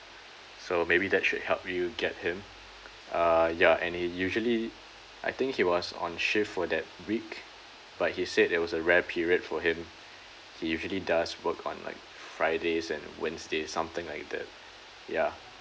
so maybe that should help you get him uh ya and he usually I think he was on shift for that week but he said it was a rare period for him he usually does work on like fridays and wednesday something like that ya